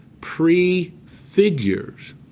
prefigures